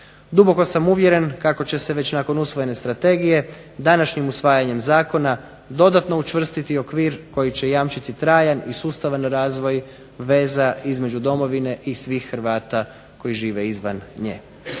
Duboko sam uvjeren kako će se već nakon usvojene strategije današnjim usvajanjem zakona dodatno učvrstiti okvir koji će jamčiti trajan i sustavan razvoj veza između Domovine i svih Hrvata koji žive izvan nje.